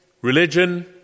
religion